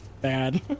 Bad